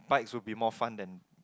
bikes would be more fun than